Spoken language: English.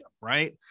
Right